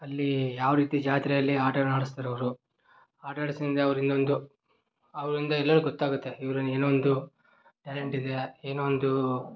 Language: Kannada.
ಅಲ್ಲಿ ಯಾವ ರೀತಿ ಜಾತ್ರೆಯಲ್ಲಿ ಆಟಾನ ಆಡಿಸ್ತಾರವರು ಆಟ ಆಡಿಸಿದ್ದು ಅವರು ಇನ್ನೊಂದು ಅವರಿಂದ ಎಲ್ಲವೂ ಗೊತ್ತಾಗುತ್ತೆ ಇವರಲ್ಲಿ ಏನೋ ಒಂದು ಟ್ಯಾಲೆಂಟ್ ಇದೆ ಏನೋ ಒಂದು